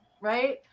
Right